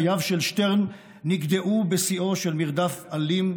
חייו של שטרן נגדעו בשיאו של מרדף אלים,